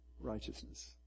righteousness